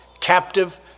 captive